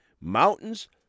mountains